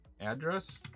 address